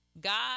God